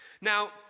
Now